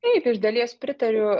taip iš dalies pritariu